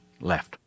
left